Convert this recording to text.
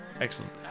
excellent